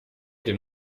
den